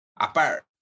apart